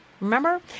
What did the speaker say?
remember